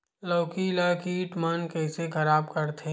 लौकी ला कीट मन कइसे खराब करथे?